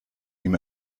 ihm